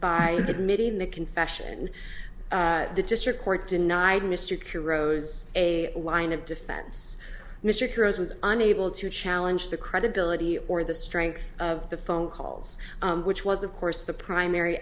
admitting the confession and the district court denied mr q rose a line of defense mr croes was unable to challenge the credibility or the strength of the phone calls which was of course the primary